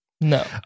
No